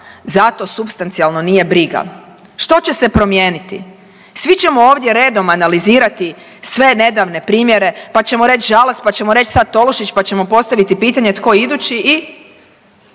za to supstacionalno nije briga. Što će se promijeniti? Svi ćemo ovdje redom analizirati sve nedavne primjere, pa ćemo reći Žalac, pa ćemo reći sad Tolušić pa ćemo postaviti pitanje tko je idući?